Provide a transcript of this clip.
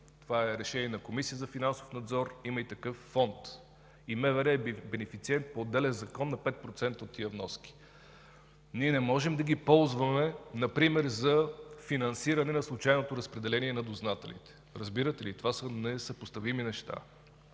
Това е решение на Комисията за финансов надзор. Има и такъв фонд. И МВР е бенефициент по отделен закон на 5% от тези вноски. Ние не можем да ги ползваме, например, за финансиране на случайното разпределение на дознателите. Разбирате ли? Това са несъпоставими неща.